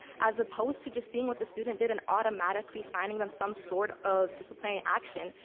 as opposed to just seeing what the student did and automatically signing them some sort of disciplinary action,